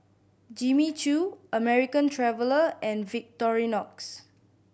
Jimmy Choo American Traveller and Victorinox